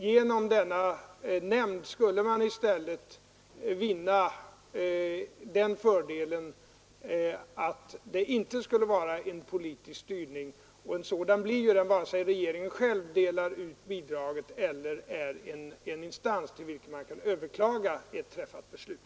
Genom denna ordning skulle man i stället vinna den fördelen att det inte skulle vara en politisk styrning. En sådan blir det ju vare sig regeringen själv delar ut bidraget eller är en instans hos vilken man kan överklaga ett träffat beslut.